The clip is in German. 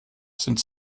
sind